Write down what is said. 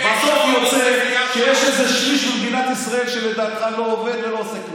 בסוף יוצא שיש איזה שליש במדינת ישראל שלדעתך לא עובד ולא עושה כלום.